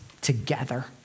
together